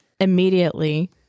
immediately